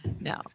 No